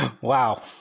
Wow